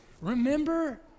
remember